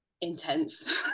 intense